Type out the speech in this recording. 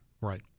Right